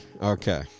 Okay